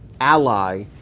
ally